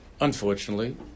unfortunately